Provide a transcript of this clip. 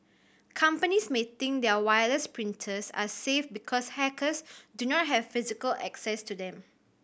companies may think their wireless printers are safe because hackers do not have physical access to them